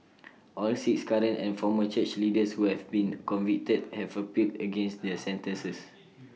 all six current and former church leaders who have been convicted have appealed against their sentences